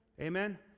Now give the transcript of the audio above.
Amen